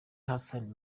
hassan